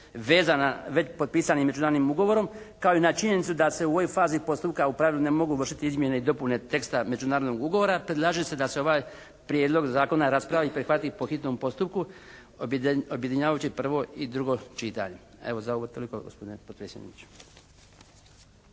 vezana već potpisanim međunarodnim ugovorom kao i na činjenicu da se u ovoj fazi postupka u pravilu ne mogu vršiti izmjene i dopune teksta međunarodnog ugovora predlaže se da se ovaj prijedlog zakona raspravi i prihvati po hitnom postupku objedinjavajući prvo i drugo čitanje. Evo za ovo toliko gospodine potpredsjedniče.